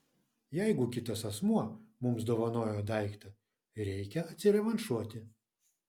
jeigu kitas asmuo mums dovanojo daiktą reikia atsirevanšuoti